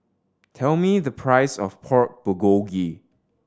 tell me the price of Pork Bulgogi